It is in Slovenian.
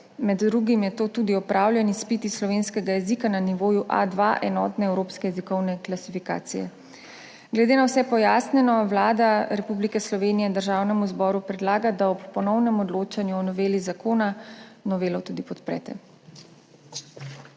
med drugim je to tudi opravljen izpit iz slovenskega jezika na nivoju A2 enotne evropske jezikovne klasifikacije. Glede na vse pojasnjeno Vlada Republike Slovenije Državnemu zboru predlaga, da ob ponovnem odločanju o noveli zakona novelo tudi podprete.